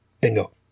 Bingo